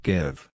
Give